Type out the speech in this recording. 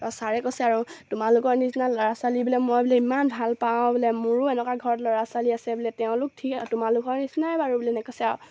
ছাৰে কৈছে আৰু তোমালোকৰ নিচিনা ল'ৰা ছোৱালী বোলে মই বোলে ইমান ভাল পাওঁ বোলে মোৰো এনেকুৱা ঘৰত ল'ৰা ছোৱালী আছে বোলে তেওঁলোক ঠিক তোমালোকৰ নিচিনাই বাৰু বুলি এনেকৈ কৈছে আৰু